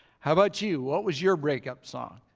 how about you? what was your breakup song?